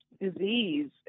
disease